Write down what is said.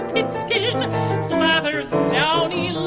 it's given smathers downey